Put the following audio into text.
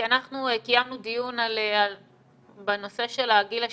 כי אנחנו קיימנו דיון בנושא של הגיל השלישי,